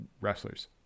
wrestlers